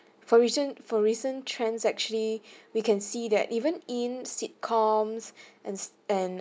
for region for recent trends actually we can see that even in sitcoms and s~ and